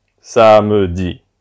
samedi